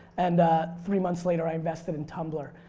and three months later i invested in tumblr.